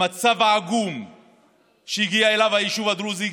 המצב העגום שהגיע אליו היישוב הדרוזי,